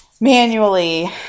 manually